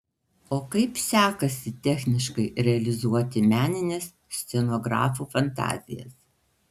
o kaip sekasi techniškai realizuoti menines scenografų fantazijas